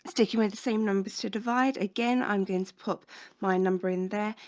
taking where the same numbers to divide again. i'm going to put my number in there,